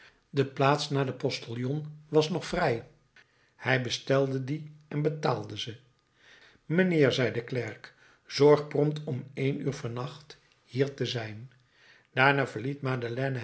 de plaats naast den postillon was nog vrij hij bestelde die en betaalde ze mijnheer zei de klerk zorg prompt om één uur van nacht hier te zijn daarna verliet madeleine